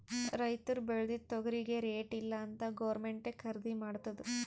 ರೈತುರ್ ಬೇಳ್ದಿದು ತೊಗರಿಗಿ ರೇಟ್ ಇಲ್ಲ ಅಂತ್ ಗೌರ್ಮೆಂಟೇ ಖರ್ದಿ ಮಾಡ್ತುದ್